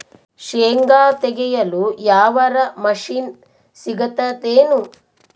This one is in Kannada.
ಶೇಂಗಾ ತೆಗೆಯಲು ಯಾವರ ಮಷಿನ್ ಸಿಗತೆದೇನು?